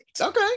Okay